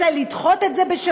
רוצה לדחות את זה בשבוע,